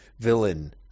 villain